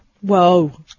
Whoa